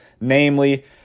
namely